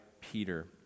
Peter